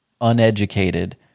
uneducated